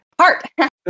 heart